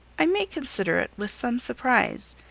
i may consider it with some surprise.